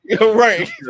right